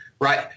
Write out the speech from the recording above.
right